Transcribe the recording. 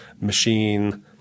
machine